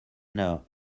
know